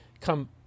come